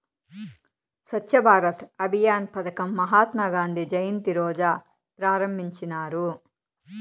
స్వచ్ఛ భారత్ అభియాన్ పదకం మహాత్మా గాంధీ జయంతి రోజా ప్రారంభించినారు